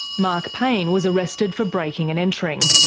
mark payne was arrested for breaking and entering.